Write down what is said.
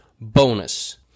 bonus